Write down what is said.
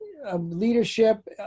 leadership